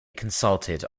consulted